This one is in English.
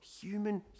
human